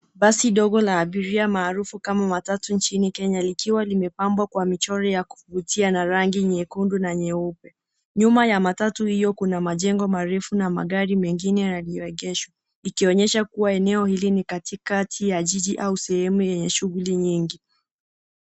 Basi dogo la abiria maarufu kama matatu nchini Kenya likiwa limepambwa kwa michoro ya kuvutia na rangi nyekundu na nyeupe. Nyuma ya matatu hiyo Kuna majengo marefu na magari mengine yaliyoegeshwa, ikionyesha kuwa eneo hili ni katikati ya jiji au sehemu yenye shughuli nyingi.